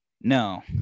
No